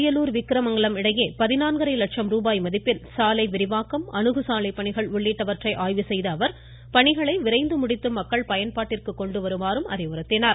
அரியலூர் விக்கிரமங்கலம் இடையே பதினான்கரை லட்சம் ரூபாய் மதிப்பில் சாலைவிரிவாக்கம் அணுகுசாலை பணிகள் உள்ளிட்டவற்றை ஆய்வு செய்த அவர் பணிகளை விரைந்து முடித்து மக்கள் பயன்பாட்டிற்கு கொண்டு வருமாறு அறிவுறுத்தினார்